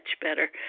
better